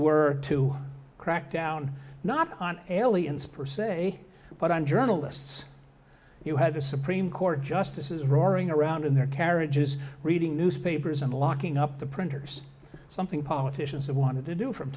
were to crack down not on aliens per se but on journalists you had the supreme court justices roaring around in their carriages reading newspapers and locking up the printers something politicians have wanted to do from